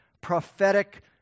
prophetic